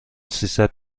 سیصد